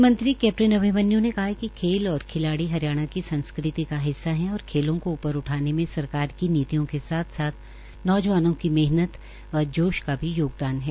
वितमंत्री कैप्टन अभिमन्यू ने कहा है कि खेल और खिलाड़ी हरियाणा की संस्कृतिका हिस्सा है और खेलों को ऊपर उठाने में सरकार की नीतियों के साथ नौजवानों की मेहनत व जोश का भी योगदान है